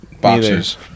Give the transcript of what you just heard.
Boxers